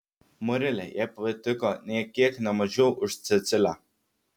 marilė jai patiko nė kiek ne mažiau už cecilę